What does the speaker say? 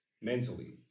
mentally